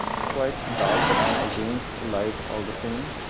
it's quite dark but i am against light all the same.